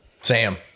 Sam